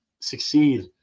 succeed